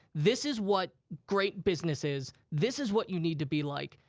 this is what great business is. this is what you need to be like.